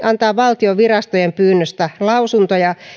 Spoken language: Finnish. antaa valtion virastojen pyynnöstä lausuntoja